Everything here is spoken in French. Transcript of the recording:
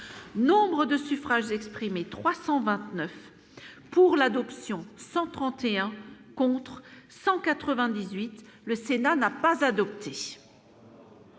nombre de suffrages exprimés 329 pour l'adoption 131 contre 198, le Sénat n'a pas adopté.